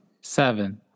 Seven